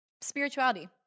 Spirituality